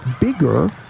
bigger